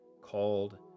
called